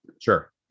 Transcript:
Sure